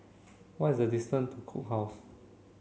what is the distance to Cook House